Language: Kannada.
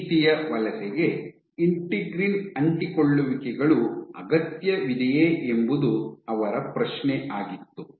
ಈ ರೀತಿಯ ವಲಸೆಗೆ ಇಂಟಿಗ್ರಿನ್ ಅಂಟಿಕೊಳ್ಳುವಿಕೆಗಳು ಅಗತ್ಯವಿದೆಯೇ ಎಂಬುದು ಅವರ ಪ್ರಶ್ನೆ ಆಗಿತ್ತು